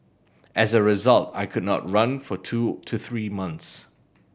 as a result I could not run for two to three months